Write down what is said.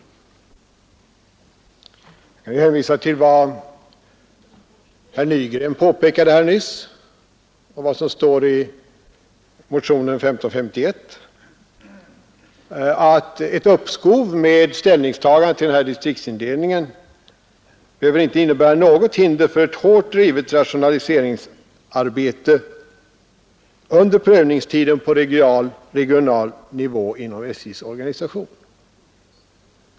Vad jag hänvisade till var vad herr Nygren påpekade nyss och vad som står i motionen 1551, nämligen att ett uppskov med ställningstagandet till distriktsindelningen inte behöver innebära något hinder för hårt drivet rationaliseringsarbete under prövningstiden på regional nivå inom SJ:s organisation.